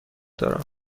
دارم